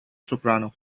soprano